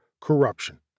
corruption